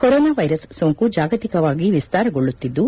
corona virus ಸೋಂಕು ಜಾಗತಿಕವಾಗಿ ವಿಸ್ತಾರಗೊಳ್ಳುತ್ತಿದ್ದು